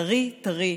טרי טרי,